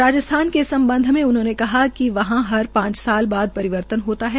राजस्थान के सम्बध उन्होंने कहा कि वहां हर पांच साल बाद परिवर्तन होता है